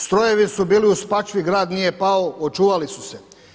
Strojevi su bili u Spačvi, grad nije pao, očuvali su se.